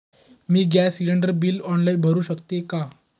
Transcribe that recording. मी gas cylinder bill online भरु शकते का?